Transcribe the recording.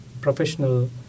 professional